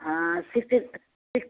ہاں sixty six